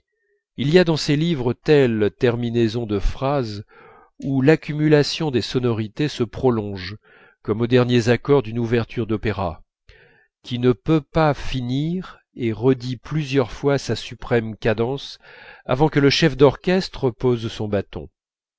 il y a dans ses livres telles terminaisons de phrases où l'accumulation des sonorités se prolonge comme aux derniers accords d'une ouverture d'opéra qui ne peut pas finir et redit plusieurs fois sa suprême cadence avant que le chef d'orchestre pose son bâton